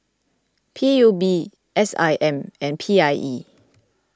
P U B S I M and P I E